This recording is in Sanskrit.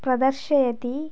प्रदर्शयति